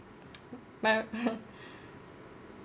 my